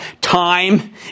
time